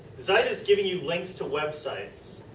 zite is giving you links to websites.